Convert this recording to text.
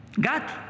God